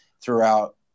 throughout